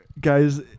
Guys